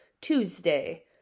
Tuesday